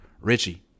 Richie